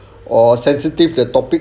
or sensitive the topic